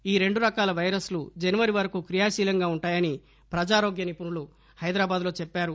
ఈ రెండు రకాల పైరస్ జనవరి వరకు క్రీయాశీలంగా ఉంటుందని ప్రజా రోగ్య నిపుణులు హైదరాబాద్ లో చెప్పారు